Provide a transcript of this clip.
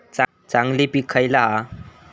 चांगली पीक खयला हा?